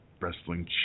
wrestling